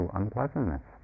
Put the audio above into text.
unpleasantness